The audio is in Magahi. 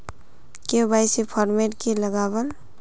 के.वाई.सी फॉर्मेट की लगावल?